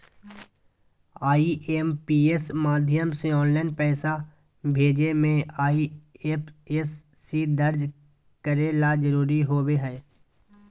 IMPS माध्यम से online पैसा भेजे मे आई.एफ.एस.सी दर्ज करे ला जरूरी होबो हय